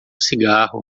cigarro